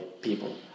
people